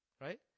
right